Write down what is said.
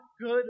Good